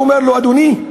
הוא אומר לו: אדוני,